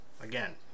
again